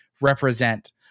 represent